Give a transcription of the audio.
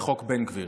לחוק בן גביר.